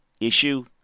issue